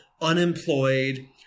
unemployed